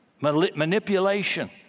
manipulation